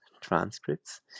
transcripts